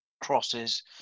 crosses